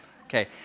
Okay